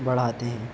بڑھاتے ہیں